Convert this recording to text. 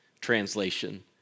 translation